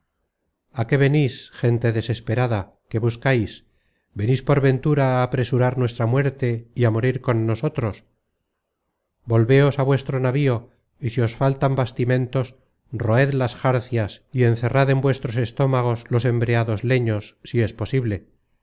a qué venis gente desesperada qué buscais venis por ventura á apresurar nuestra muerte y á morir con nosotros volveos á vuestro navío y si os faltan bastimentos roed las jarcias y encerrad en vuestros estómagos los embreados leños si es posible